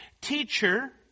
Teacher